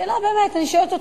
שאלה, באמת, אני שואלת אתכם.